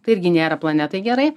tai irgi nėra planetai gerai